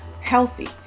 healthy